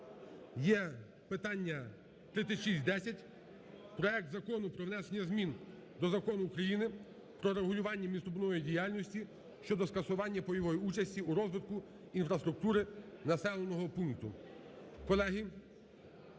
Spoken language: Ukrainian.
є питання 3610 – проект Закону про внесення змін до Закону України "Про регулювання містобудівної діяльності" (щодо скасування пайової участі у розвитку інфраструктури населеного пункту).